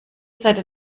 seite